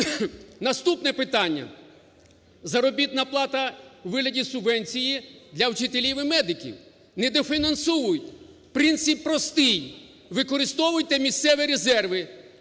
Наступне питання, заробітна плата у вигляді субвенції для вчителів і медиків - недофінансовують. Принцип простий: використовуйте місцеві резерви,